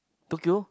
Tokyo